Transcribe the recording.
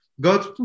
God